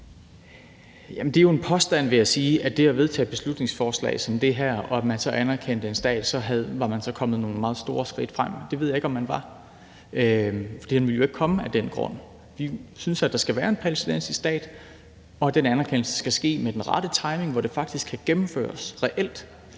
påstand, vil jeg sige, at det at vedtage et beslutningsforslag som det her og så anerkende en stat ville betyde, at så var man kommet nogle meget store skridt fremad. Det ved jeg ikke om man var, for den vil jo ikke komme af den grund. Vi synes, at der skal være en palæstinensisk stat, og at den anerkendelse skal ske med den rette timing, hvor det faktisk kan gennemføres reelt.